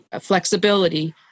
flexibility